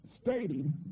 stating